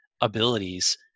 abilities